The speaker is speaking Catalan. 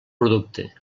producte